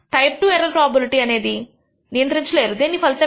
type II error probability అనేది దీని ఫలితమే